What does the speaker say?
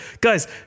guys